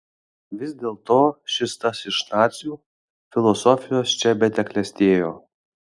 vis dėlto šis tas iš nacių filosofijos čia tebeklestėjo